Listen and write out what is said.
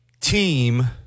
team